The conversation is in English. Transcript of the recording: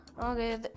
Okay